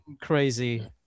crazy